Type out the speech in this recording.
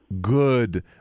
Good